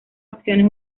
opciones